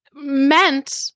meant